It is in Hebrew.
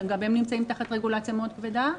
שגם הם נמצאים תחת רגולציה מאוד כבדה,